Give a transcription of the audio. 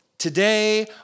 Today